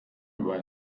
über